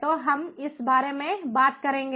तो हम इस बारे में बात करेंगे